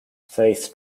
faith